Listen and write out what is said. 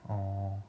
orh